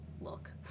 look